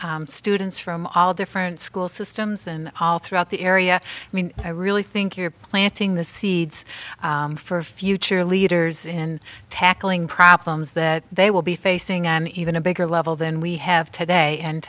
students from all different school systems and all throughout the area i mean i really think you're planting the seeds for future leaders in tackling problems that they will be facing an even a bigger level than we have today and